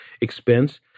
expense